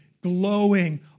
glowing